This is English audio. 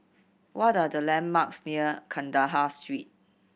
what are the landmarks near Kandahar Street